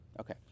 Okay